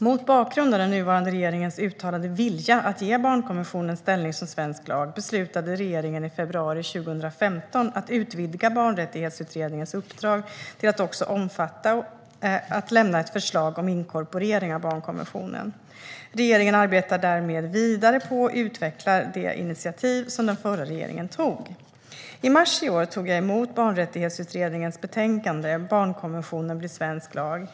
Mot bakgrund av den nuvarande regeringens uttalade vilja att ge barnkonventionen ställning som svensk lag beslutade regeringen i februari 2015 att utvidga Barnrättighetsutredningens uppdrag till att också omfatta att lämna ett förslag om inkorporering av barnkonventionen. Regeringen arbetar därmed vidare på och utvecklar det initiativ som den förra regeringen tog. I mars i år tog jag emot Barnrättighetsutredningens betänkande Barnkonventionen blir svensk lag .